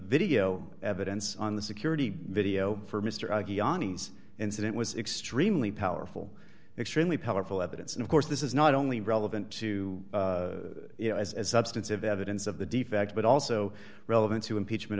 video evidence on the security video for mister incident was extremely powerful extremely powerful evidence and of course this is not only relevant to you know as substantive evidence of the defect but also relevant to impeachment